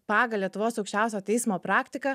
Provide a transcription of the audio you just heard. pagal lietuvos aukščiausio teismo praktiką